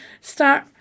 start